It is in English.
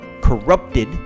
corrupted